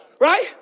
right